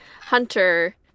hunter